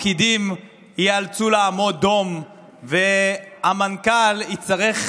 הפקידים ייאלצו לעמוד דום והמנכ"ל יצטרך,